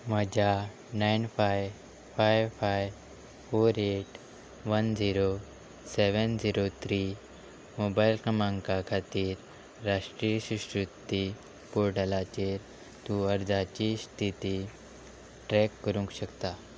म्हज्या nine five five five four eight one zero seven zero three mobile क्रमांका खातीर राष्ट्रीय शिश्यवृत्ती पोर्टलाचेर तूं अर्जाची स्थिती ट्रॅक करूंक शकता